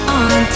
on